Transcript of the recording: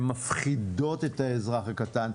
הן מפחידות את האזרח הקטן.